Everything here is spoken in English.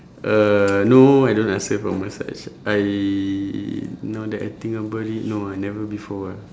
uh no I don't ask her for massage I now that I think about it no ah never before ah